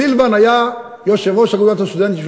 סילבן היה יושב-ראש אגודת הסטודנטים של